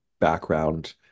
background